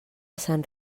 sant